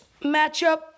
matchup